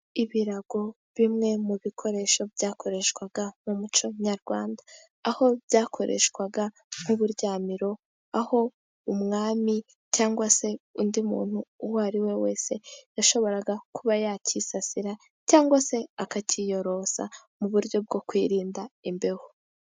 Ibirago bimwe mu bikoresho byakoreshwaga mu muco nyarwanda aho byakoreshwaga nk'uburyamiro aho umwami cyangwa se undi muntu uwo ari we wese yashoboraga kuba yacyisasira cyangwa se akacyiyorosa mu buryo bwo kwirinda imbeho.